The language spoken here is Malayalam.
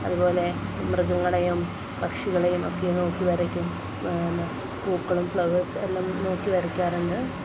അതുപോലെ മൃഗങ്ങളെയും പക്ഷികളെയും ഒക്കെ നോക്കി വരയ്ക്കും പിന്നെ പൂക്കളും ഫ്ലവേഴ്സ് എല്ലാം നോക്കി വരയ്ക്കാറുണ്ട്